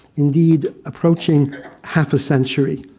indeed, approaching half a century.